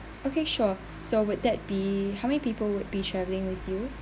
okay sure so would that be how many people would be travelling with you